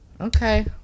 Okay